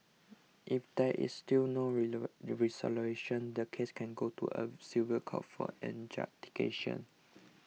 if there is still no resolution the case can go to a civil court for adjudication